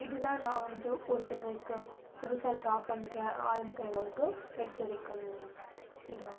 இதுதான் நான் வந்து ஒருத்தவங்களுக்கு புதுசாக ட்ரா பண்ண ஆரம்பிக்கிறவங்களுக்கு எடுத்துரைக்கும் இதாகும்